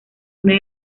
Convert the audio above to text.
una